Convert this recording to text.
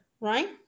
right